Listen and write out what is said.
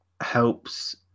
helps